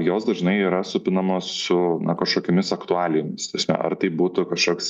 jos dažnai yra supinamos su na kažkokiomis aktualijomis ta prasme ar tai būtų kažkoks